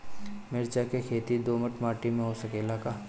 मिर्चा के खेती दोमट माटी में हो सकेला का?